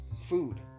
food